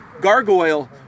gargoyle